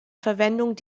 verwendung